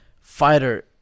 fighter